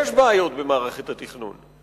יש בעיות במערכת התכנון.